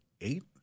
eight